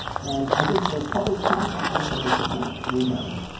and i think the public consciousness of this event would have